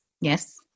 Yes